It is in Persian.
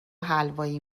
حلوایی